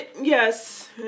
yes